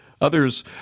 Others